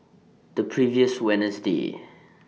The previous Wednesday